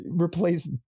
replace